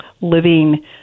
living